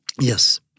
Yes